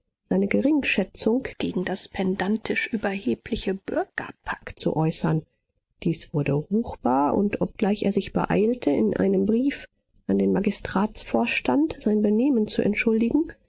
seine geringschätzung gegen das pedantisch überhebliche bürgerpack zu äußern dies wurde ruchbar und obgleich er sich beeilte in einem brief an den magistratsvorstand sein benehmen zu entschuldigen